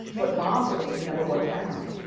but moms are the number one parent.